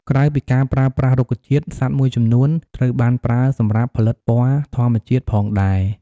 ក្រៅពីការប្រើប្រាស់រុក្ខជាតិ សត្វមួយចំនួន ត្រូវបានប្រើសម្រាប់ផលិតពណ៌ធម្មជាតិផងដែរ។